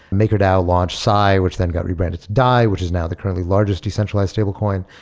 maker dao launched sai which then got rebranded to dai, which is now the currently largest decentralized stablecoin.